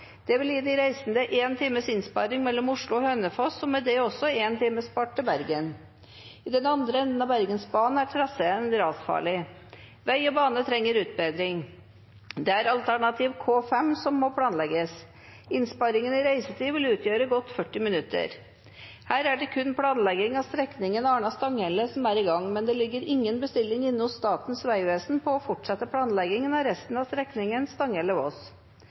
Det vil altså gi de reisende én times innsparing mellom Oslo og Hønefoss, og med det også én time spart til Bergen. I den andre enden av Bergensbanen er traseen rasfarlig, og vei og bane trenger sårt utbedring. Alternativ K5, som planlegges, vil gi innsparing i reisetida på godt og vel 40 minutter. Her er det kun planlegging av strekningen Arna–Stanghelle som er i gang, og det ligger altså ingen bestilling inne hos Statens vegvesen på å fortsette planleggingen av resten av strekningen